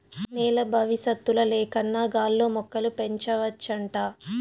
నేల బవిసత్తుల లేకన్నా గాల్లో మొక్కలు పెంచవచ్చంట